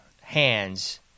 hands